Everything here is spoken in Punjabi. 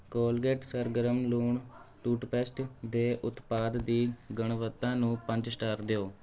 ਕੋਲਗੇਟ ਸਰਗਰਮ ਲੂਣ ਟੁੱਥਪੇਸਟ ਦੇ ਉਤਪਾਦ ਦੀ ਗੁਣਵੱਤਾ ਨੂੰ ਪੰਜ ਸਟਾਰ ਦਿਓ